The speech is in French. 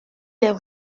les